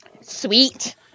Sweet